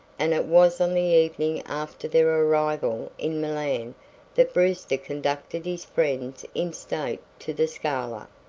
and it was on the evening after their arrival in milan that brewster conducted his friends in state to the scala.